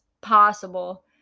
possible